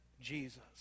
Jesus